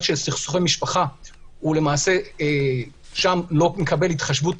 של סכסוכי משפחה הוא לחלוטין לא מקבל התחשבות,